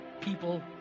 people